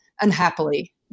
unhappily